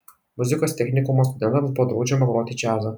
muzikos technikumo studentams buvo draudžiama groti džiazą